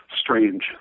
strange